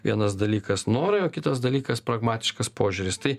vienas dalykas norai o kitas dalykas pragmatiškas požiūris tai